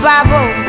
Bible